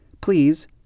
please